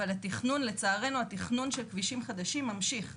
אבל לצערנו התכנון של כבישים חדשים ממשיך.